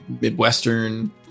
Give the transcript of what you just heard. Midwestern